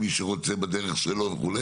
מי שרוצה בדרך שלו וכו',